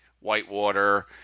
Whitewater